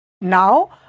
Now